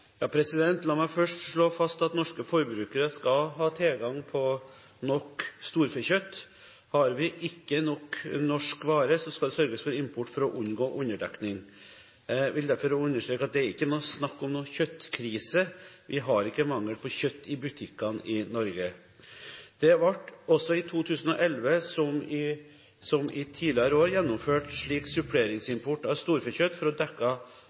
La meg først slå fast at norske forbrukere skal ha tilgang på nok storfekjøtt. Har vi ikke nok norsk råvare, skal det sørges for import for å unngå underdekning. Jeg vil derfor understreke at det er ikke snakk om noen kjøttkrise. Vi har ikke mangel på kjøtt i butikkene i Norge. Det ble også i 2011, som i tidligere år, gjennomført slik suppleringsimport av storfekjøtt for å